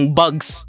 bugs